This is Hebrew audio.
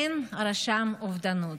אין רשם אובדנות.